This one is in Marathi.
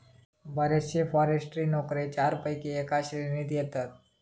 बरेचशे फॉरेस्ट्री नोकरे चारपैकी एका श्रेणीत येतत